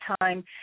time